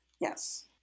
Yes